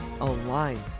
online